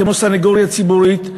כמו סנגוריה ציבורית,